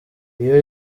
iyo